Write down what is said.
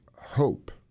hope